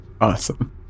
awesome